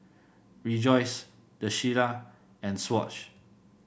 Rejoice The Shilla and Swatch